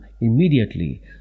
immediately